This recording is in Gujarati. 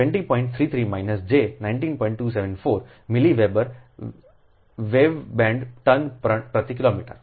274 milli weber wave band ton પ્રતિ કિલોમીટર